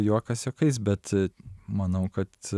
juokas juokais bet manau kad